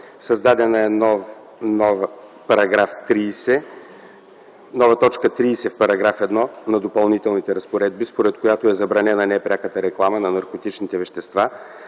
Създадена е нова т. 30 в § 1 на Допълнителните разпоредби, според която е забранена непряката реклама на наркотични вещества